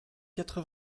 quatre